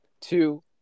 two